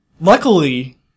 luckily